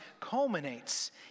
culminates